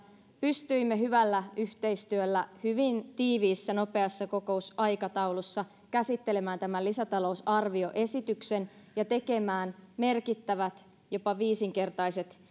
pystyimme hyvällä yhteistyöllä hyvin tiiviissä nopeassa kokousaikataulussa käsittelemään tämän lisätalousarvioesityksen ja tekemään merkittävät jopa viisinkertaiset